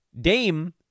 Dame